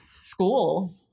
school